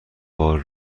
بار